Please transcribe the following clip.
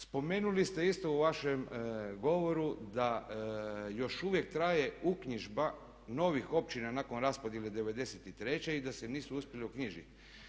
Spomenuli ste isto u vašem govoru da još uvijek traje uknjižba novih općina nakon raspodjele '93. i da se nisu uspjeli uknjižiti.